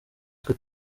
twe